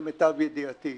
למיטב ידיעתי.